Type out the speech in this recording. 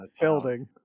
building